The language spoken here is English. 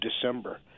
December